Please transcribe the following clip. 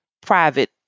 private